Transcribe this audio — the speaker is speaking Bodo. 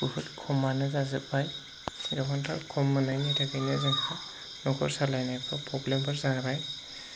बहुद खमानो जाजोबबाय गोबांथार खम मोननायनि थाखायनो जोङो न'खर सालायनायफ्राव प्रब्लेमफोर जाबाय